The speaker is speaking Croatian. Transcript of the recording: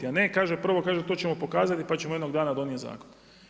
A ne kaže, prvo kaže to ćemo pokazati, pa ćemo jednog dana donijeti zakon.